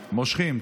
מושכים.